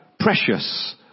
Precious